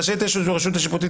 רשאית הרשות השיפוטית,